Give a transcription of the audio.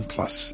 Plus